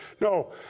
No